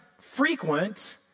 frequent